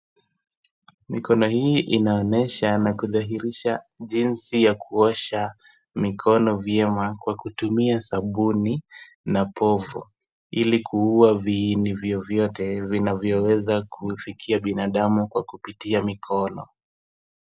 Mikono hii inaonyesha na kudhihirisha jinsi ya kuosha mikono vyema, kwa kutumia sabuni na povu ili kuua viini vyovyote vinavyoweza kufikia binadamu kwa kupitia mikono.